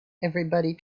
everybody